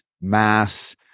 mass